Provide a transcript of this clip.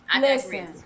Listen